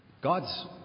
God's